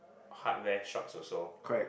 hardware shops also